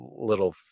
little